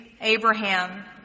Abraham